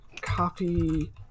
Copy